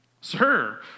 Sir